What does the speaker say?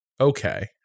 okay